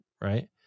right